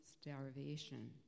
starvation